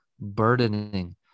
burdening